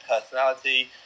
personality